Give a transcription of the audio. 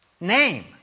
name